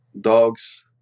dogs